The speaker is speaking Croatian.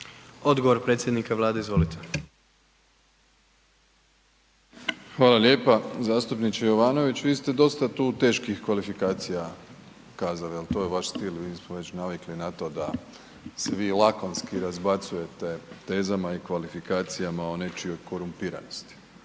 Odgovor predsjednika Vlade, izvolite. **Plenković, Andrej (HDZ)** Hvala lijepo zastupniče Jovanović. Vi ste dosta tu teških kvalifikacija kazali, ali to je vaš stil, mi smo već navikli na to da se vi lakomski razbacujete tezama i kvalifikacijama o nečijoj korumpiranosti.